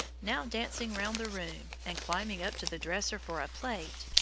now dancing around the room, and climbing up to the dresser for a plate,